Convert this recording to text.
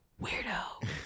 Weirdo